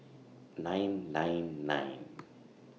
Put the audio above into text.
nine nine nine